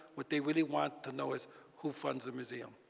what they really want to know is who funds the museum.